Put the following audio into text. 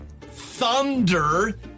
thunder